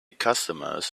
customers